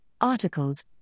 articles